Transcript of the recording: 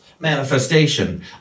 Manifestation